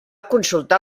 consultar